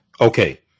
Okay